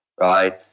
right